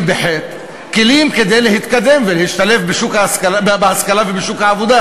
כלים להתקדם ולהשתלב בהשכלה ובשוק העבודה.